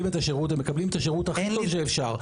את השירות ומקבלים את השירות הכי טוב שאפשר.